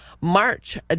March